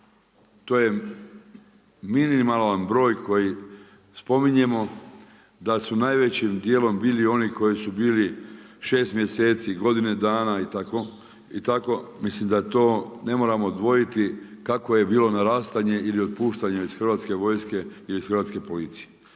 To je minimalan broj koji spominjemo, da su najvećim djelom bili oni koji su bili 6 mjeseci, godine dana, mislim da to ne moramo dvojiti kako je bilo narastanje ili otpuštanje iz hrvatske vojske ili hrvatske policije.